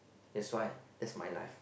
that's why that's my life